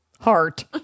heart